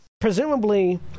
Presumably